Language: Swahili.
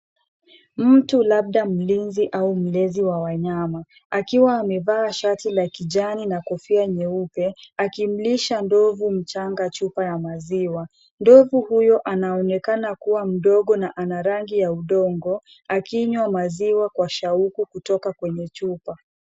Mtu labda mlinzi au mlezi wa wanyama akiwa amevaa shati la kijani na kofia nyeupe akimlisha ndovu mchanga chupa ya maziwa. Ndovu huyo anaonekana kuwa mdogo na ana rangi ya udongo akinywa maziwa kwa shauku kutoka kwenye chupa.